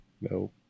No